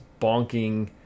bonking